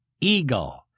Eagle